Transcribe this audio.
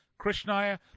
Krishnaya